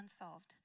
unsolved